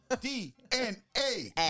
D-N-A